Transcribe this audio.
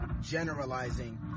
generalizing